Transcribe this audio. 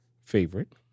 favorite